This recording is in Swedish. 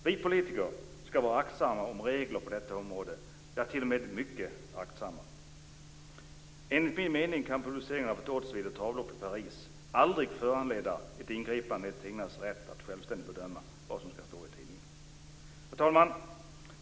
Vi politiker skall vara aktsamma med regler på detta område - ja, t.o.m. mycket aktsamma. Enligt min mening kan publicering av odds vid ett travlopp i Paris aldrig föranleda ett ingripande i tidningars rätt att självständigt bedöma vad som skall stå i tidningen. Fru talman!